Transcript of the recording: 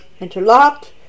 interlocked